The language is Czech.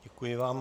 Děkuji vám.